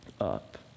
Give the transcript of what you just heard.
up